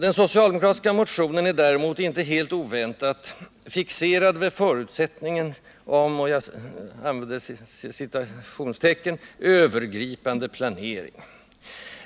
De socialdemokratiska motionärerna är däremot inte helt oväntat fixerade vid förutsättningen om ”övergripande planering”.